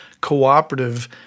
cooperative